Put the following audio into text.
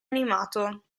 animato